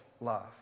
love